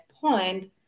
point